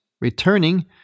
Returning